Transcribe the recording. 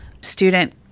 student